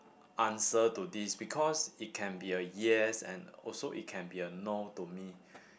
answer to this because it can be a yes and also it can be a no to me